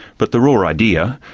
but the raw idea,